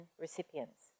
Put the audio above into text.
recipients